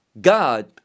god